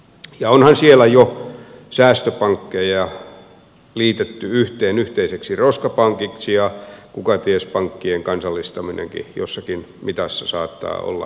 ja onhan siellä jo säästöpankkeja liitetty yhteen yhteiseksi roskapankiksi ja kukaties pankkien kansallistaminenkin jossakin mitassa saattaa olla edessä